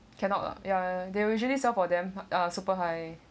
cannot lah ya they usually sell for them uh super high